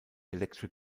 electric